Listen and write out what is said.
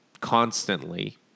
constantly